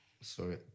sorry